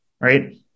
right